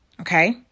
Okay